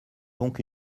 donc